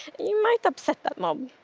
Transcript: you might upset that mob.